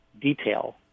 detail